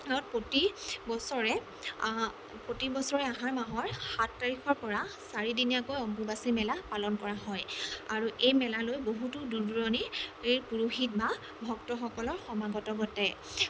অত প্ৰতি বছৰে প্ৰতি বছৰে আহাৰ মাহৰ সাত তাৰিখৰ পৰা চাৰিদিনীয়াকৈ অম্বোবাচী মেলা পালন কৰা হয় আৰু এই মেলালৈ বহুতো দূৰ দূৰণীৰ পুৰুহিত বা ভক্তসকলৰ সমাগত ঘটে